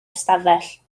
ystafell